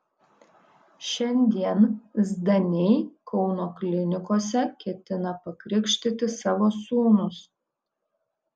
šiandien zdaniai kauno klinikose ketina pakrikštyti savo sūnus